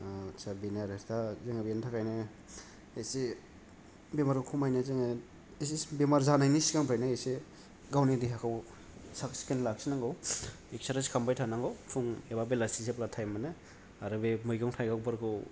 आत्सा बेनो आरो दा जोङो बेनि थाखायनो एसे बेमारखौ खमायनो जोङो एसे बेमारजानायनि सिगांनिफ्रायनो एसे गावनि देहाखौ साब सिखोन लाखि नांगौ एखसारसायस खालामबाय थानांगौ फुं एबा बेलासि जेब्ला थाइम मोनो आरो बे मैगं थाइगं फोरखौ